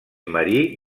marí